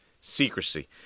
secrecy